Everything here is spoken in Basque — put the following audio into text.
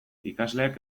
ikasleek